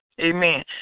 Amen